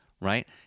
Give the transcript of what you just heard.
Right